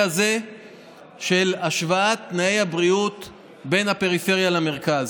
הזה של השוואת תנאי הבריאות בין הפריפריה למרכז,